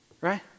right